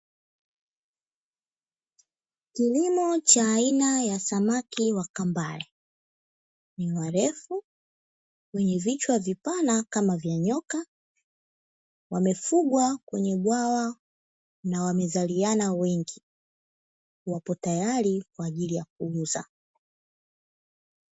Kilimo cha aina ya samaki wa kambale, ni warefu wenye vichwa vipana kama vya nyoka. Wamefugwa kwenye bwawa na wamezaliana wengi. Wapo tayari kwa ajili ya kuuzwa.